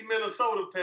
Minnesota